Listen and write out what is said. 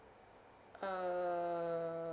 err